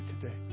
today